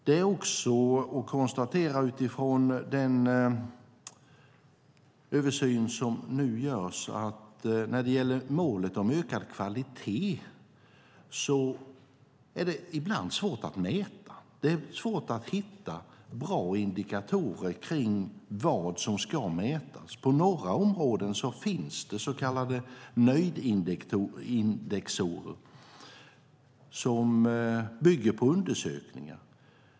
Det är att konstatera utifrån den översyn som nu görs att när det gäller målet om ökad kvalitet är det ibland svårt att mäta. Det är svårt att hitta bra indikatorer kring vad som ska mätas. På några områden finns det så kallade nöjdhetsindex som bygger på undersökningar.